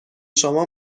شما